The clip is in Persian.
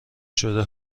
شده